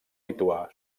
lituà